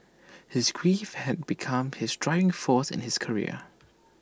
his grief had become his driving force in his career